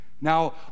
Now